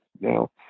now